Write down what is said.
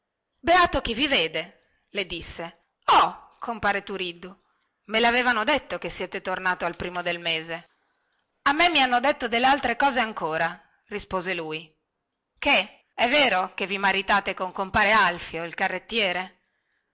beato chi vi vede le disse oh compare turiddu me lavevano detto che siete tornato al primo del mese a me mi hanno detto delle altre cose ancora rispose lui che è vero che vi maritate con compare alfio il carrettiere